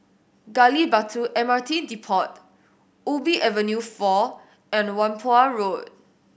Gali Batu M R T Depot Ubi Avenue Four and Whampoa Road